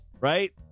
right